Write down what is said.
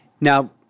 Now